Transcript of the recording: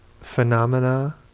phenomena